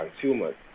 consumers